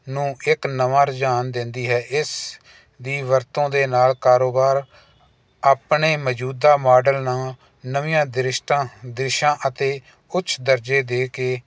ਨੂੰ ਇੱਕ ਨਵਾਂ ਰੁਝਾਨ ਦਿੰਦੀ ਹੈ ਇਸ ਦੀ ਵਰਤੋਂ ਦੇ ਨਾਲ ਕਾਰੋਬਾਰ ਆਪਣੇ ਮੌਜੂਦਾ ਮਾਡਲ ਨਾਲ ਨਵੀਆਂ ਦ੍ਰਿਸ਼ਟਾਂ ਦੇਸ਼ਾਂ ਅਤੇ ਉੱਚ ਦਰਜੇ ਦੇ ਕੇ